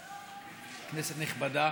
כנסת נכבדה,